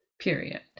period